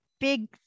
big